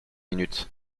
minute